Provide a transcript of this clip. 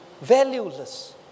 valueless